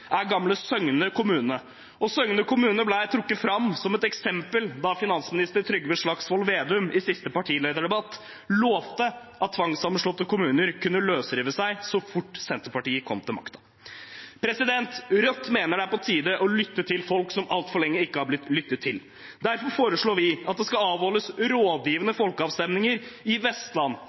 er gamle Søgne kommune. Søgne kommune ble trukket fram som et eksempel da finansminister Trygve Slagsvold Vedum i siste partilederdebatt lovte at tvangssammenslåtte kommuner kunne løsrive seg så fort Senterpartiet kom til makten. Rødt mener det er på tide å lytte til folk som altfor lenge ikke har blitt lyttet til. Derfor foreslår vi at det skal avholdes rådgivende folkeavstemninger i Vestland,